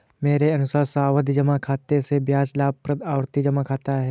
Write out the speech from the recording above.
मेरे अनुसार सावधि जमा खाते से ज्यादा लाभप्रद आवर्ती जमा खाता है